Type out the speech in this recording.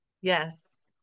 Yes